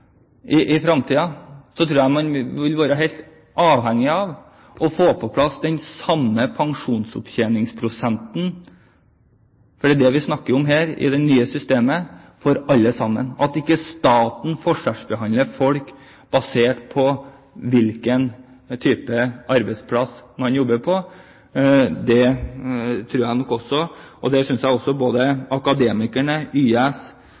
i framtiden, men da vil man være helt avhengig av å få på plass den samme pensjonsopptjeningsprosenten. For det er det vi snakker om her, det nye systemet for alle sammen der staten ikke forskjellsbehandler folk basert på hvilken type arbeidsplass man jobber på. Der synes jeg både Akademikerne, YS og HSH har ført fram gode og viktige argumenter som jeg